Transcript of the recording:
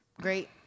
Great